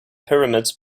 pyramids